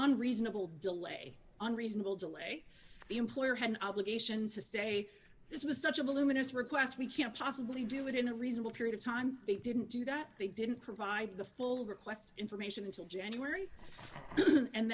unreasonable delay unreasonable delay the employer had an obligation to say this was such a voluminous request we can't possibly do it in a reasonable period of time they didn't do that they didn't provide the full request information until january and